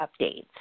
updates